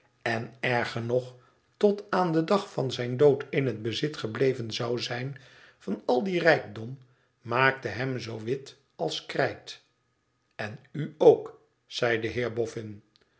en erger nog tot aan den dag van zijn dood in het bezit gebleven zou zijn van al dien rijkdom maakte hem zoo wit als krijt ten u ook zei de